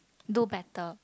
do better